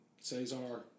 Cesar